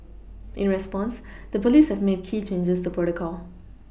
in response the police have made key changes to protocol